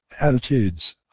attitudes